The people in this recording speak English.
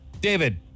David